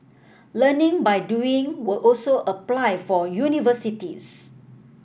learning by doing will also apply for universities